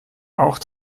auch